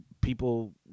people